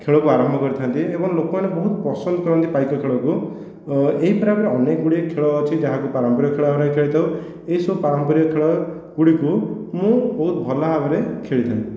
ଖେଳକୁ ଆରମ୍ଭ କରିଥାନ୍ତି ଏବଂ ଲୋକମାନେ ବହୁତ ପସନ୍ଦ କରନ୍ତି ପାଇକ ଖେଳକୁ ଏହି ପ୍ରକାର ଅନେକ ଗୁଡ଼ିଏ ଖେଳ ଅଛି ଯାହାକୁ ପ୍ରାରଂମ୍ପରିକ ଖେଳ ଭାବେ ଖେଳିଥାଉ ଏହି ସବୁ ପ୍ରାରମ୍ପରିକ ଖେଳ ଗୁଡ଼ିକୁ ମୁଁ ବହୁତ ଭଲ ଭାବରେ ଖେଳିଥାଏ